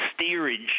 steerage